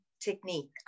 technique